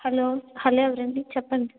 hello hello ఎవరండీ చెప్పండి